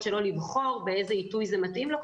שלו לבחור באיזה עיתוי זה מתאים לו,